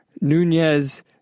Nunez